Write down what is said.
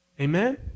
amen